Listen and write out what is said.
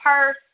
purse